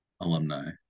alumni